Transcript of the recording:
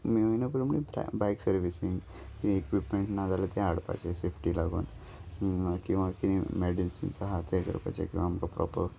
मेयना प्रमाणें bike servicing कितें equipment ना जाल्यार ते हाडपाचें सेफ्टी लागोन किंवा कितें मॅडिसिन्स आहा तें करपाचे किंवा आमकां प्रोपर